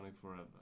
forever